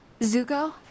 Zuko